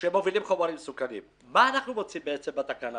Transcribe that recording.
אז מה אנחנו רוצים בעצם בתקנה